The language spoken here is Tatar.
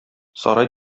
сарай